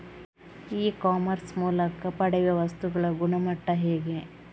E commerce ಮೂಲಕ ಪಡೆಯುವ ವಸ್ತುಗಳ ಗುಣಮಟ್ಟ ಹೇಗೆ?